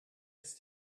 ist